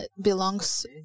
belongs